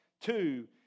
Two